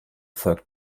folgt